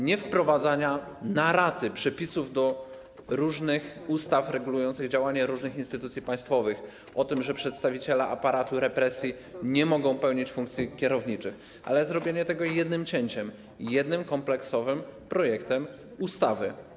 Nie wprowadzanie na raty przypisów do różnych ustaw regulujących działanie różnych instytucji państwowych o tym, że przedstawiciele aparatu represji nie mogą pełnić funkcji kierowniczych, ale zrobienia tego jednym cięciem, jednym kompleksowym projektem ustawy.